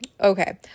okay